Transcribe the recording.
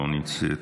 לא נמצאת,